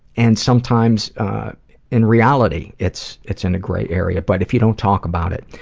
and sometimes in reality, it's, it's in a grey area, but if you don't talk about it,